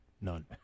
none